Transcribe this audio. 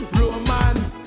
romance